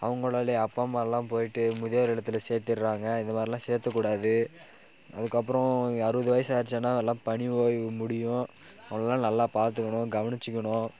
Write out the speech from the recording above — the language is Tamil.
அவங்களோடைய அப்பா அம்மாலாம் போய்விட்டு முதியோர் இல்லாத்தில் சேர்த்துட்றாங்க இந்த மாதிரில்லான் சேர்த்த கூடாது அதுக்கப்பறம் அறுபது வயசு ஆச்சுனால் அதல்லாம் பணி ஓய்வு முடியும் அவங்களலான் நல்லா பார்த்துக்கணும் கவனிச்சிக்கணும்